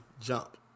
jump